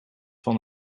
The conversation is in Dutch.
van